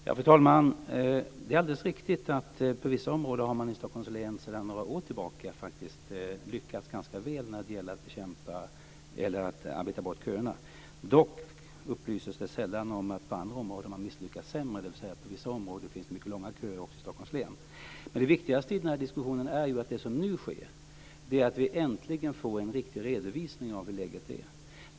Fru talman! Det är alldeles riktigt att man på vissa områden i Stockholms län sedan några år tillbaka har lyckats ganska väl när det gäller att arbeta bort köerna. Dock upplyses det sällan om att man på andra områden har lyckats sämre, dvs. att det också finns mycket långa köer i Stockholms län. Det viktigaste i den här diskussionen är att det som nu sker är att vi äntligen får en riktig redovisning av hur läget är.